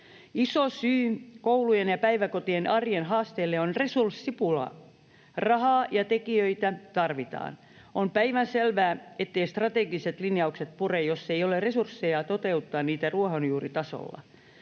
Iso syy koulujen ja päiväkotien arjen haasteille on resurssipula. Rahaa ja tekijöitä tarvitaan. On päivänselvää, etteivät strategiset linjaukset pure, jos ei ole resursseja toteuttaa niitä ruohonjuuritasolla.